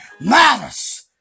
matters